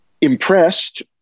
impressed